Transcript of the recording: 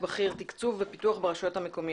אותה הנחה נגרעת מתקציבה של הרשות.